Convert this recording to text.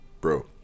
bro